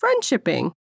friendshipping